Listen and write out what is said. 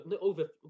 over